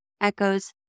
echoes